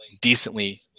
decently